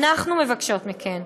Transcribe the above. אנחנו מבקשות מכם,